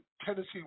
Tennessee